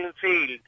Field